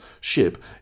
ship